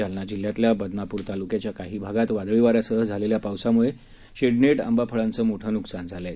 जालना जिल्ह्यातल्या बदनापूर तालुक्याच्या काही भागात वादळी वाऱ्यासह झालेल्या पावसामुळं शेडनेट आंबा फळांचं मोठं नुकसान झालं आहे